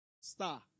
star